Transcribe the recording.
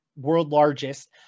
world-largest